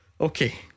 Okay